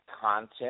content